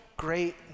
Great